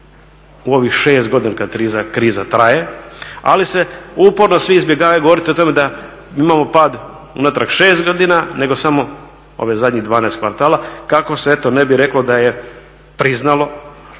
u ovih 6 godina otkad kriza traje, ali uporno svi izbjegavaju govorit o tome da imamo pad unatrag 6 godina nego samo ovih zadnjih 12 kvartala kako se eto ne bi reklo da je priznalo